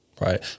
right